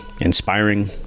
inspiring